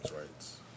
rights